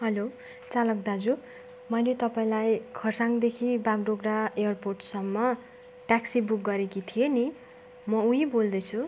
hello चालक दाजु मैले तपाईँलाई खरसाङदेखि बागडोग्रा एयरपोर्टसम्म ट्याक्सी बुक गरेकी थिएँ नि म उही बोल्दैछु